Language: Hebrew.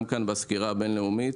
גם כאן בסקירה הבין-לאומית,